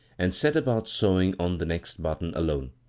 and set about sewing on the next button alone.